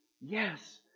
yes